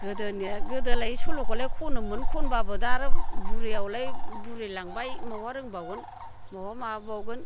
गोदोनिया गोदोलाय सल'खौलाय खनोमोन खनबाबो दा आरो बुरैआवलाय बुरैलांबाय बहा रोंबावगोन बहा माबाबावगोन